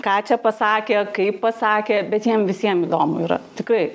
ką čia pasakė kaip pasakė bet jiem visiems įdomu yra tikrai